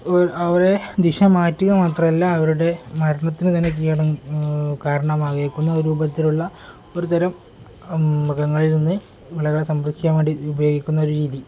അവരെ ദിശ മാറ്റുക മാത്രമല്ല അവരുടെ മരണത്തിന് തന്നെ കാരണം ആയേക്കുന്ന രൂപത്തിലുള്ള ഒരു തരം മൃഗങ്ങളിൽനിന്ന് വിളകളെ സംരക്ഷിക്കാൻ വേണ്ടി ഉപയോഗിക്കുന്ന ഒരു രീതി